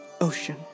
Ocean